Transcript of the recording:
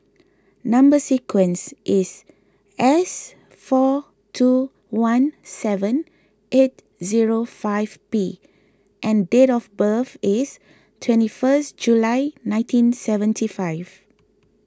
Number Sequence is S four two one seven eight zero five P and date of birth is twenty first July nineteen seventy five